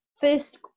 first